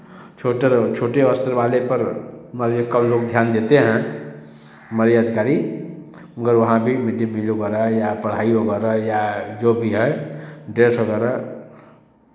छोटे छोटे स्तर वाले पर मान लीजिए कम लोग ध्यान देते हैं हमारे अधिकारी मगर वहाँ भी मिड डे मील वगैरह या पढ़ाई वगैरह या जो भी है ड्रेस वगैरह